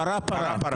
פרה-פרה.